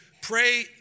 pray